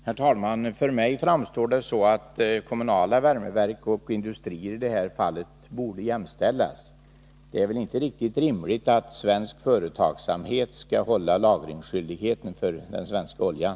Herr talman! För mig framstår det som om kommunala värmeverk och industrier i det här fallet borde jämställas. Det är inte riktigt rimligt att svensk företagsamhet skall ha lagringsskyldighet för den svenska oljan.